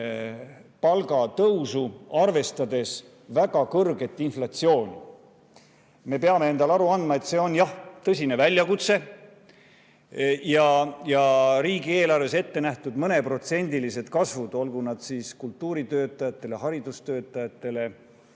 palga tõusu, arvestades väga kõrget inflatsiooni. Me peame endale aru andma, et see on jah tõsine väljakutse ja riigieelarves ette nähtud mõneprotsendilised kasvud, olgu nad siis kultuuritöötajatele, haridustöötajatele,